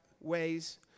ways